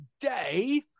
today